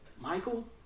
Michael